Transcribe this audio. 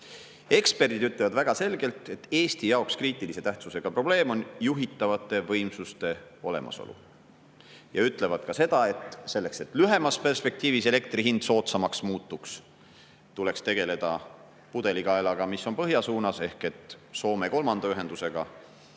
Eksperdid ütlevad väga selgelt, et Eesti jaoks kriitilise tähtsusega probleem on juhitavate võimsuste olemasolu. Nad ütlevad ka seda, et selleks, et lühemas perspektiivis elektri hind soodsamaks muutuks, tuleks tegeleda pudelikaelaga, mis on põhja suunas, ehk Soome kolmanda ühendusega